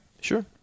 Sure